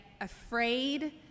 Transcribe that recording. afraid